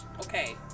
Okay